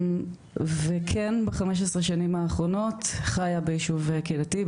וכן ב-15 השנים האחרונות חיה בישוב קהילתי,